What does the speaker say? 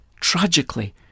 Tragically